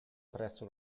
presso